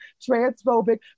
transphobic